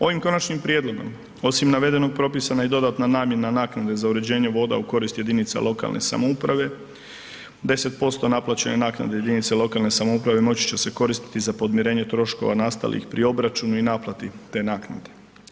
Ovim Konačnim prijedlogom osim navedenog, propisana je i dodatna namjena naknade za uređenje voda u korist jedinica lokalne samouprave, 10% naplaćene naknade jedinice lokalne samouprave moći će se koristiti za podmirenje troškova nastalih pri obračunu i naplati te naknade.